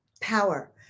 power